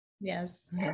Yes